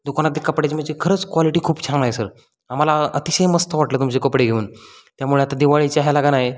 दुकानातल्या कपड्याची म्हणजे खरंच क्वालिटी खूप छान आहे सर आम्हाला अतिशय मस्त वाटलं तुमचे कपडे घेऊन त्यामुळे आता दिवाळीच्या ह्याला का नाही